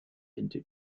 into